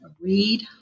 read